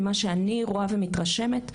ממה שאני רואה ומתרשמת,